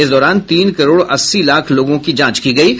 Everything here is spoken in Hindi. इस दौरान तीन करोड़ अस्सी लाख लोगों की जांच की गयी है